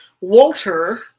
Walter